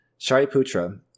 Shariputra